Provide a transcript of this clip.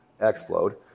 explode